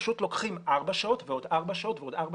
פשוט לוקחים ארבע שעות ועוד ארבע שעות ועוד ארבע